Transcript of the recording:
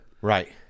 Right